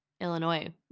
Illinois